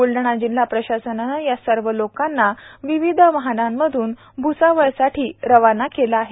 ब्लढाणा जिल्हा प्रशासनाने या सर्व लोकांना विविध वाहनांमधून भ्सावळ साठी रवाना केले आहे